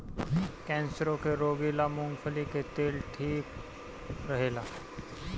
कैंसरो के रोगी ला मूंगफली के तेल ठीक रहेला